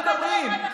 על מה אנחנו מדברים?